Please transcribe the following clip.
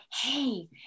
hey